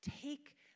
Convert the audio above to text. Take